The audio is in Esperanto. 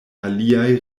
aliaj